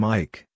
Mike